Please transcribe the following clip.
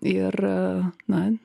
ir na